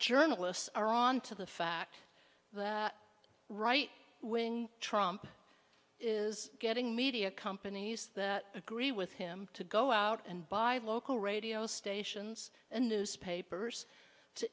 journalists are on to the fact that right wing trump is getting media companies that agree with him to go out and buy local radio stations and newspapers to